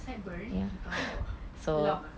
side burn oh long ah